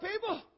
people